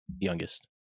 youngest